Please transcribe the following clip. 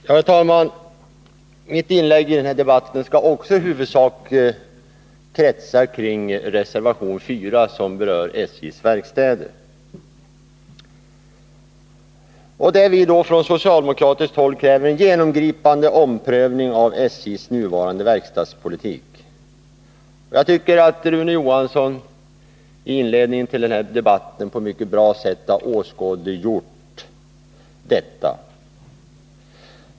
Herr talman! Mitt inlägg i den här debatten skall också i huvudsak kretsa kring reservation 4, som berör SJ:s verkstäder. Där kräver vi från socialdemokratiskt håll en genomgripande omprövning av SJ:s nuvarande verkstadspolitik. Jag tycker att Rune Johansson i inledningen till den här debatten på ett mycket bra sätt har åskådliggjort behovet av detta.